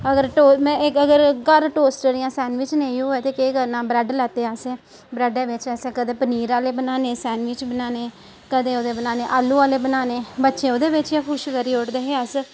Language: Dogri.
अगर मैं अगर घर टोस्टर जां सैंडबिच नेई होवे ते केह् करना ब्रैड लैते असें ब्रैडा बिच असें कदें पनीर आहले बनाने सैंडबिच बनाने कदें ओह्दे बनाने आलू आहले बनाने बच्चे ओह्दे बिच गै खुश करी उड़दे हे अस